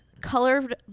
colored